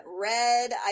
Red